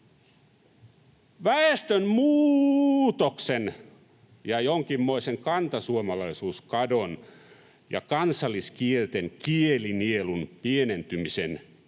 sanan loppuosaa] ja jonkinmoisen kantasuomalaisuuskadon ja kansalliskielten kielinielun pienentymisen kiistäminen